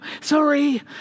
sorry